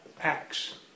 Acts